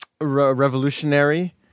Revolutionary